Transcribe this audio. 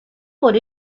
por